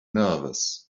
nervous